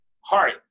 heart